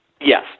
Yes